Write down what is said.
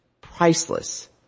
Priceless